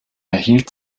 erhielt